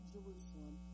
Jerusalem